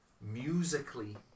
musically